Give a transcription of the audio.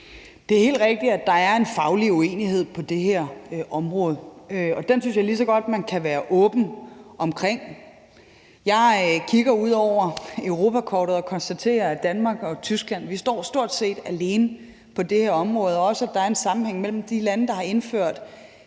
Det er helt rigtigt, at der er en faglig uenighed på det her område, og den synes jeg lige så godt man kan være åben om. Jeg kigger ud over europakortet og konstaterer, at Danmark og Tyskland stort set står alene på det her område, og også, at der er en sammenhæng, med hensyn til at de lande, der har indført